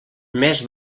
més